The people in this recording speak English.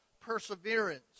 perseverance